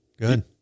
Good